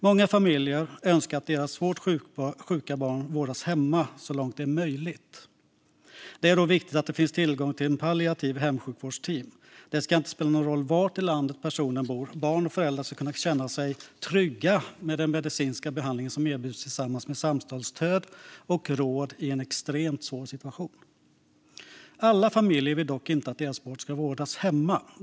Många familjer önskar att deras svårt sjuka barn vårdas hemma så långt det är möjligt. Det är då viktigt att det finns tillgång till palliativa hemsjukvårdsteam. Det ska inte spela någon roll var i landet personen bor - barn och föräldrar ska kunna känna sig trygga med den medicinska behandling som erbjuds tillsammans med samtalsstöd och råd i en extremt svår situation. Alla familjer vill dock inte att deras barn ska vårdas hemma.